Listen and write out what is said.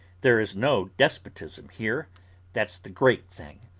there is no despotism here that's the great thing.